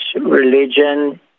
religion